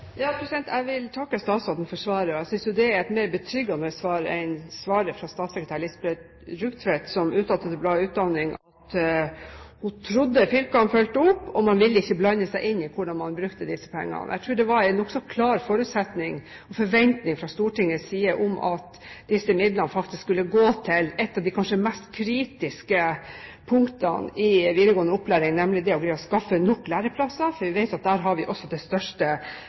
Jeg vil takke statsråden for svaret, og jeg synes jo det er et mer betryggende svar enn svaret fra statssekretær Lisbeth Rugtvedt, som uttalte til bladet Utdanning at hun trodde fylkene fulgte opp, og man ville ikke blande seg inn i hvordan man brukte disse pengene. Jeg tror det var en nokså klar forutsetning, og forventning, fra Stortingets side at disse midlene faktisk skulle gå til et av de kanskje mest kritiske punktene i videregående opplæring, nemlig det å skaffe nok læreplasser, for vi vet at der har vi også det største